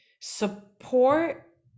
support